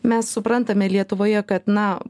mes suprantame lietuvoje kad na